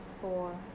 Four